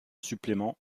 supplément